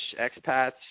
expats